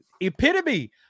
epitome